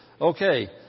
Okay